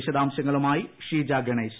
വിശദാംശങ്ങളുമായി ഷീജ ഗണേഷ്